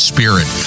Spirit